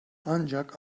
ancak